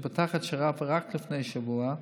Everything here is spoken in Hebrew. שפתח את שעריו רק לפני שבוע,